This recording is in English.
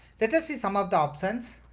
let us see some of the options.